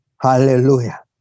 Hallelujah